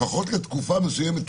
לפחות לתקופה מסוימת,